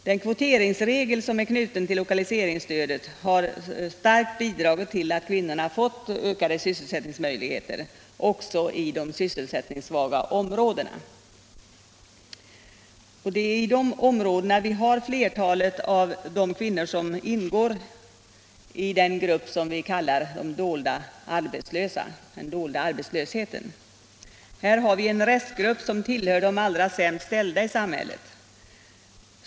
Den kvoteringsregel som är knuten till lokaliseringsstödet har starkt bidragit till att kvinnorna har fått ökade sysselsättningsmöjligheter också i de sysselsättningssvaga områdena. Och det är i de områdena vi har flertalet av de kvinnor som ingår i den grupp som vi innefattar i begreppet den dolda arbetslösheten. Där har vi en restgrupp som tillhör de allra sämst ställda i samhället.